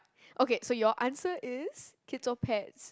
okay so your answer is kids or pets